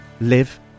live